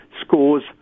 scores